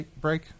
break